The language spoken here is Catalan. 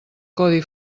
codi